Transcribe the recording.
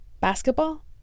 Basketball